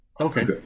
Okay